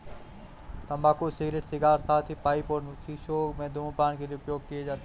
तंबाकू cigarette, cigar, साथ ही पाइप और शीशों में धूम्रपान के लिए उपयोग किए जाते हैं